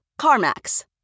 CarMax